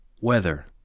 weather